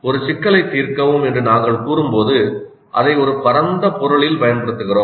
ஒரு சிக்கலை தீர்க்கவும் என்று நாங்கள் கூறும்போது அதை ஒரு பரந்த பொருளில் பயன்படுத்துகிறோம்